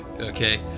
okay